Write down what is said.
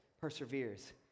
perseveres